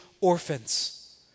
orphans